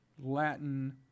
Latin